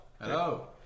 Hello